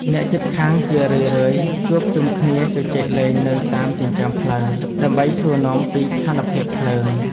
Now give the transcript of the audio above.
អ្នកជិតខាងជារឿយៗជួបជុំគ្នាជជែកលេងនៅតាមចិញ្ចើមផ្លូវ ដើម្បីសួរនាំពីស្ថានភាពភ្លើង។